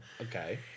Okay